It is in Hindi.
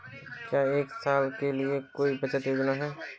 क्या एक साल के लिए कोई बचत योजना है?